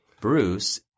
Bruce